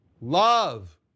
love